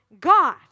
God